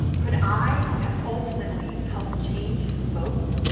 could i have ultimately helped change his vote?